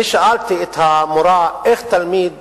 אני שאלתי את המורה איך תלמיד